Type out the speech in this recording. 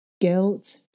guilt